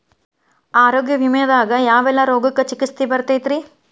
ಆರೋಗ್ಯ ವಿಮೆದಾಗ ಯಾವೆಲ್ಲ ರೋಗಕ್ಕ ಚಿಕಿತ್ಸಿ ಬರ್ತೈತ್ರಿ?